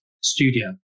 studio